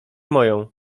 moją